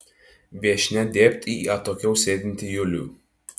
viešnia dėbt į atokiau sėdintį julių